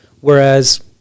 whereas